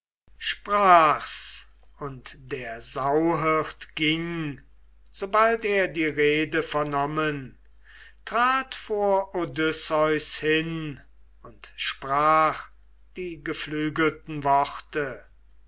sprach's und der sauhirt ging sobald er die rede vernommen trat vor odysseus hin und sprach die geflügelten worte